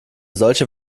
solche